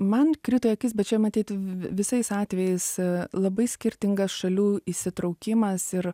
man krito į akis bet čia matyt visais atvejais labai skirtingas šalių įsitraukimas ir